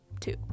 two